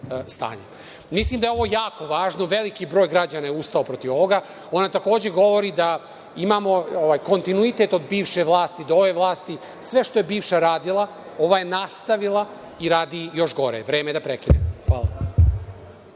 stanje. Mislim da je ovo jako važno, veliki broj građana je ustao protiv ovoga. Ovo takođe govori da imamo kontinuitet od bivše vlasti do ove vlasti. Sve što je bivša radila ova je nastavila i radi još gore. Vreme je da prekinem. Hvala.